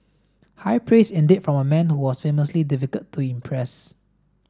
high praise indeed from a man who was famously difficult to impress